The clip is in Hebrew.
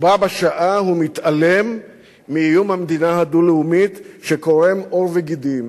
ובה בשעה הוא מתעלם מאיום המדינה הדו-לאומית שקורם עור וגידים